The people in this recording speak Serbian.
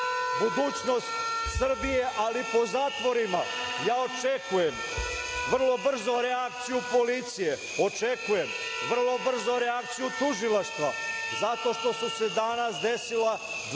budućnost Srbije ali po zatvorima. Očekujem vrlo brzo reakciju policije, očekujem vrlo brzo reakciju Tužilaštva zato što su se danas desila dva